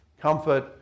Comfort